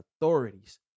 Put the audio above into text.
authorities